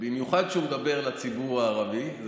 במיוחד כשהוא מדבר לציבור הערבי.